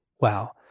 wow